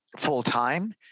full-time